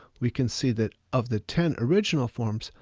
we can see that of the ten original forms,